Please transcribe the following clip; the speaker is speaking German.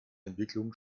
entwicklungen